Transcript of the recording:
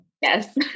Yes